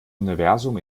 universum